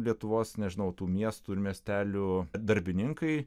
lietuvos nežinau tų miestų ir miestelių darbininkai